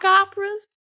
operas